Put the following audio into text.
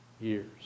years